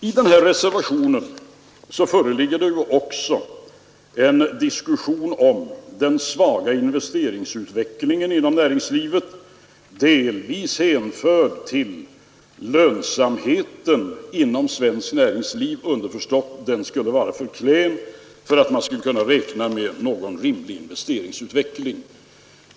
I reservationen förs också ett resonemang om den svaga investeringsutvecklingen inom näringslivet, delvis hänförd till lönsamheten. Underförstått skulle lönsamheten vara för klen för att man skulle kunna räkna med en rimlig investeringsutveckling.